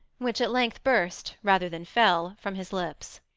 which at length burst, rather than fell, from his lips.